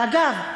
ואגב,